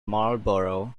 marlborough